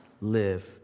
live